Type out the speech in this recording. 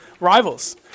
rivals